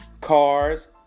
Cars